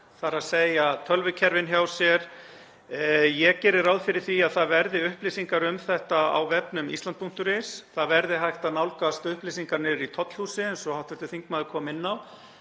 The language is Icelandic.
hana, þ.e. tölvukerfin hjá sér. Ég geri ráð fyrir því að það verði upplýsingar um þetta á vefnum island.is og það verði hægt að nálgast upplýsingar niðri í Tollhúsi, eins og hv. þingmaður kom inn á,